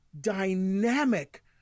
dynamic